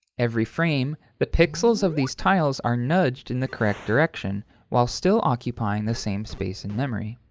every frame, the pixels of these tiles are nudged in the correct direction while still occupying the same space in memory.